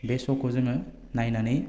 बे श' खौ जोङो नायनानै